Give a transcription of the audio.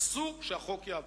אסור שהחוק יעבור.